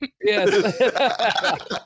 Yes